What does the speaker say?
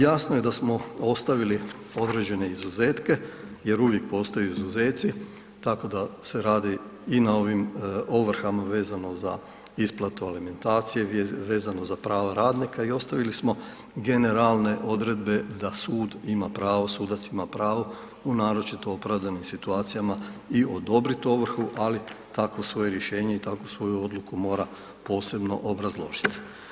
Jasno je da smo ostavili određene izuzetke jer uvijek postoje izuzeci, tako da se radi i na ovim ovrhama vezano za isplatu alimentacije, vezano za prava radnika i ostavili smo generalne odredbe da sud ima pravo, sudac ima pravo u naročito opravdanim situacijama i odobrit ovrhu, ali takvo svoje rješenje i takvu svoju odluku mora posebno obrazložit.